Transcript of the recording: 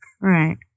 Right